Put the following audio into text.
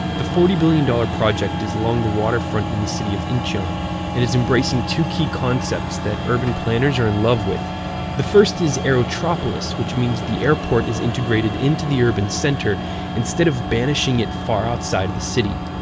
the forty billion dollars project is along the waterfront in the city of incheon and is embracing two key concepts that urban planners are in love with the first is aerotropolis, which means the airport is integrated into the urban center instead of banishing it far outside of the city.